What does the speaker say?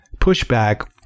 pushback